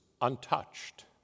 untouched